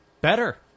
better